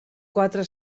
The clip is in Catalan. quatre